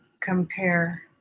compare